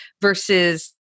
Versus